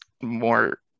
more